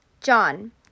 John